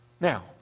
Now